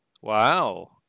Wow